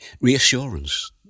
Reassurance